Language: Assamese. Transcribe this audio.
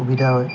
সুবিধা হয়